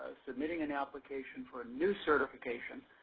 ah submitting an application for new certification,